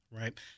right